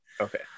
okay